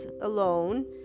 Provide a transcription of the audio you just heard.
alone